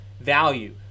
value